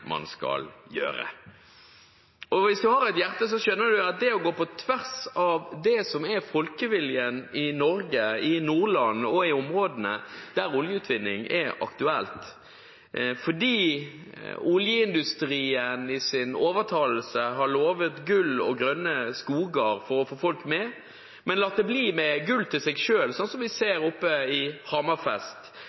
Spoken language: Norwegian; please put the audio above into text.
man skal gjøre. Hvis man har et hjerte, skjønner man at det å gå på tvers av det som er folkeviljen i Norge, i Nordland og i områdene der oljeutvinning er aktuelt fordi oljeindustrien i sin overtalelse har lovet gull og grønne skoger for å få folk med, men latt det bli med gull til seg selv, slik vi ser i Hammerfest